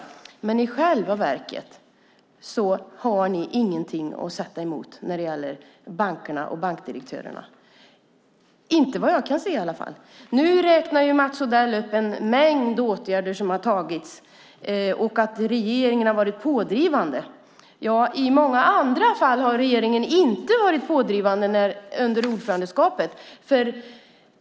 I själva verket har ni ingenting att sätta emot när det gäller bankerna och bankdirektörerna. Nu räknar Mats Odell upp en mängd åtgärder som har vidtagits. Regeringen ska ha varit pådrivande. I många andra fall har regeringen inte varit pådrivande under ordförandeskapet.